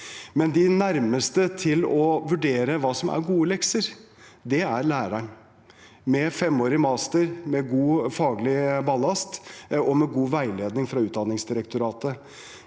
De nærmeste til å vurdere hva som er gode lekser, er lærerne – med femårig master, med god faglig ballast og med god veiledning fra Utdanningsdirektoratet.